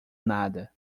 nada